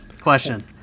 question